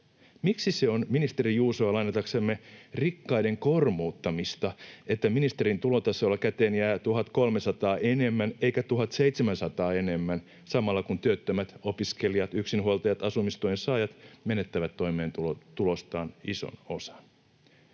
Miksi se on, ministeri Juusoa lainataksemme, rikkaiden kormuuttamista, että ministerin tulotasolla käteen jää 1 300 enemmän eikä 1 700 enemmän, samalla kun työttömät, opiskelijat, yksinhuoltajat, asumistuen saajat menettävät toimeentulostaan ison osan?